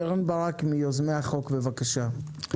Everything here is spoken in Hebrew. קרן ברק, מיוזמי החוק, בבקשה.